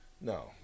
No